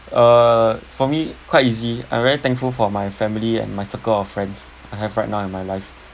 uh for me quite easy I'm very thankful for my family and my circle of friends I have right now in my life